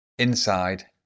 Inside